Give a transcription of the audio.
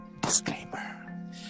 disclaimer